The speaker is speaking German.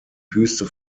wüste